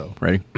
Ready